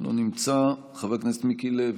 לא נמצא, חבר הכנסת מיקי לוי,